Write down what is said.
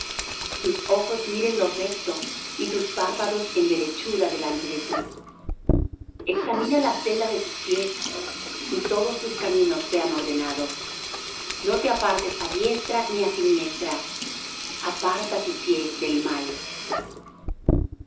tus ojos miren lo recto y tus párpados en derechura delante de ti examina la senda de tus pies y todos tus caminos sean ordenados no te apartes á diestra ni á siniestra aparta tu pie del mal